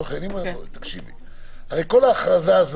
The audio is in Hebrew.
הם כבר מחשבנים את זה עם ההארכות.